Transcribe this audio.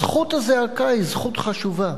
זכות הזעקה היא זכות חשובה,